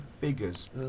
figures